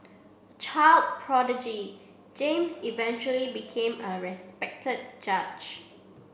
a child prodigy James eventually became a respected judge